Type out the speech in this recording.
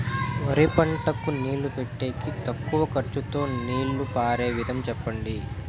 వరి పంటకు నీళ్లు పెట్టేకి తక్కువ ఖర్చుతో నీళ్లు పారే విధం చెప్పండి?